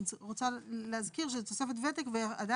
הסבר 22 תוספת וותק 0.00